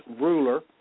ruler